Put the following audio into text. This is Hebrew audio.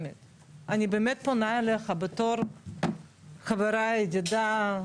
אני באמת פונה אליך בתור חברה, ידידה,